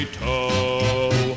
toe